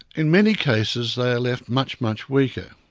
in many cases, they are left much, much weaker.